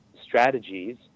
strategies